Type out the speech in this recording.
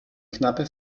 knappe